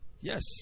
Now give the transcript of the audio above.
yes